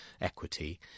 equity